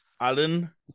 Alan